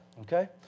Okay